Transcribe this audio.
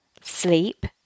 sleep